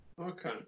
Okay